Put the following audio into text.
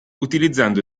utilizzando